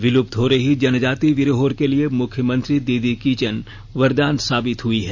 विलुप्त हो रही जनजाति विरहोर के लिए मुख्यमंत्री दीदी कीचन वरदान साबित हुई है